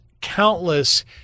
countless